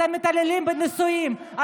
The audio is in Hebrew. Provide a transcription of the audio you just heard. אתם מתעללים בנשואים,